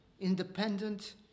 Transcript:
independent